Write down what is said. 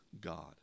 God